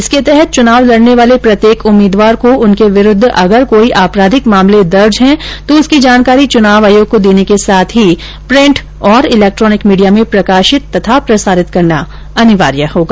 इसके तहत चुनाव लड़ने वाले प्रत्येक उम्मीदवार को उनके विरूद्व अगर कोई आपराधिक मामले दर्ज है तो उसकी जानकारी चुनाव आयोग को देने के साथ ही प्रिंट और इलेक्ट्रॉनिक मीडिया में प्रकाशित प्रसारित करना अनिवार्य होगा